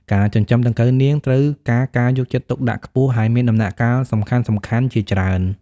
ការចិញ្ចឹមដង្កូវនាងត្រូវការការយកចិត្តទុកដាក់ខ្ពស់ ហើយមានដំណាក់កាលសំខាន់ៗជាច្រើន។